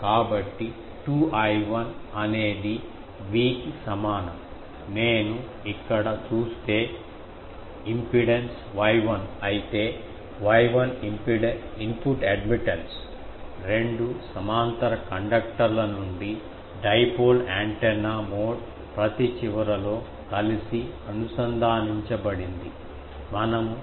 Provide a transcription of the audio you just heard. కాబట్టి 2I1 అనేది V కి సమానం నేను ఇక్కడ చూస్తే ఇంపిడెన్స్ Y1 అయితే Y1 ఇన్పుట్ అడ్మిటెన్స్ రెండు సమాంతర కండక్టర్ల నుండి డైపోల్ యాంటెన్నా మోడ్ ప్రతి చివరలో కలిసి అనుసంధానించబడింది మనము చూస్తే